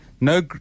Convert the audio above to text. no